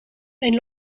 mijn